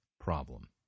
problem